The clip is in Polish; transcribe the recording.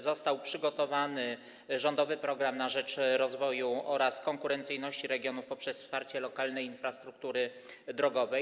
Został przygotowany „Rządowy program na rzecz rozwoju oraz konkurencyjności regionów poprzez wsparcie lokalnej infrastruktury drogowej”